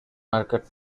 market